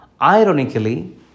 Ironically